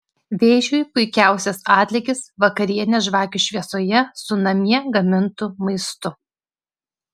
vėžiui puikiausias atlygis vakarienė žvakių šviesoje su namie gamintu maistu